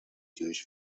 jewish